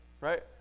right